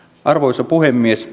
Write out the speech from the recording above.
arvoisa puhemies